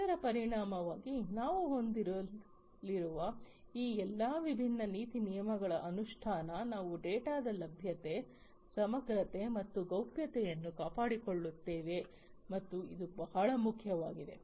ಇದರ ಪರಿಣಾಮವಾಗಿ ನಾವು ಹೊಂದಲಿರುವ ಈ ಎಲ್ಲಾ ವಿಭಿನ್ನ ನೀತಿ ನಿಯಮಗಳ ಅನುಷ್ಠಾನ ನಾವು ಡೇಟಾದ ಲಭ್ಯತೆ ಸಮಗ್ರತೆ ಮತ್ತು ಗೌಪ್ಯತೆಯನ್ನು ಕಾಪಾಡಿಕೊಳ್ಳುತ್ತೇವೆ ಮತ್ತು ಇದು ಬಹಳ ಮುಖ್ಯವಾಗಿದೆ